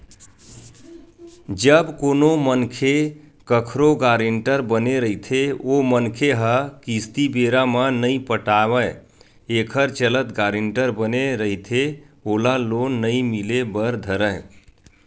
जब कोनो मनखे कखरो गारेंटर बने रहिथे ओ मनखे ह किस्ती बेरा म नइ पटावय एखर चलत गारेंटर बने रहिथे ओला लोन नइ मिले बर धरय